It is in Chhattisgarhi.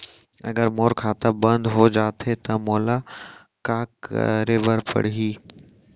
अगर मोर खाता बन्द हो जाथे त मोला का करे बार पड़हि?